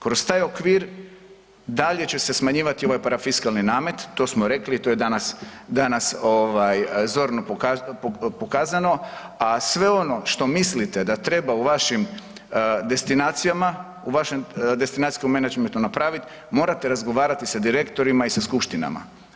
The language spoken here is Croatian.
Kroz taj okvir dalje će se smanjivati ovaj parafiskalni namet, to smo rekli i to je danas, danas ovaj zorno pokazano, a sve ono što mislite da treba u vašim destinacijama, u vašem destinacijskom menadžmentu napravit morate razgovarati sa direktorima i sa skupštinama.